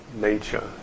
nature